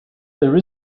there